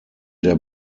der